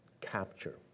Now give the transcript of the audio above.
capture